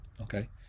okay